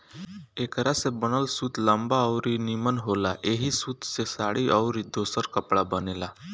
एकरा से बनल सूत लंबा अउरी निमन होला ऐही सूत से साड़ी अउरी दोसर कपड़ा बनेला